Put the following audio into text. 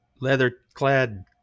leather-clad